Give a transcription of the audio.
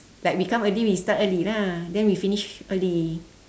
like we come early we start early lah then we finish early